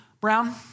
Brown